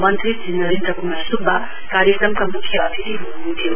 मन्त्री श्री नरेन्द्र क्मार स्ब्बा कार्यक्रमका मुख्य अतिथि हुनुहुन्थ्यो